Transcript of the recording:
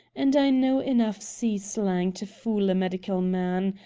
and i know enough sea slang to fool a medical man.